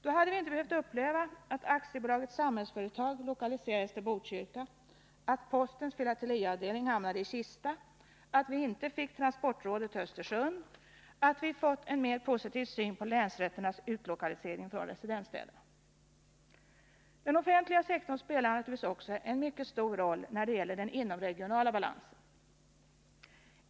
Då hade vi inte behövt uppleva att AB Samhällsföretag lokaliserades till Botkyrka, att postens filateliavdelning hamnade i Kista, att vi inte fick transportrådet till Östersund, och vi hade fått en mer positiv syn på länsrätternas utlokalisering från residensstäderna. Den offentliga sektorn spelar naturligtvis också en mycket stor roll när det gäller den inomregionala balansen.